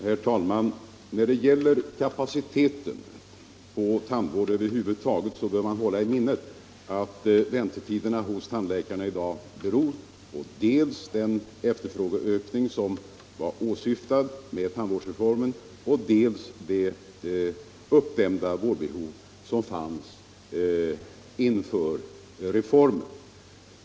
Herr talman! När det gäller kapaciteten på tandvården över huvud taget bör man hålla i minnet att väntetiderna hos tandläkarna i dag beror dels på den efterfrågeökning som var åsyftad genom tandvårdsreformen, dels på det uppdämda vårdbehov som fanns inför reformen.